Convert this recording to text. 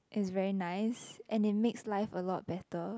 is very nice and it makes life a lot better